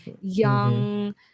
young